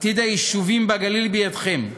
עתיד היישובים בגליל, בידכם.